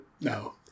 No